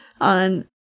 on